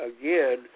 again